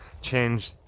change